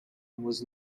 was